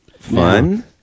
Fun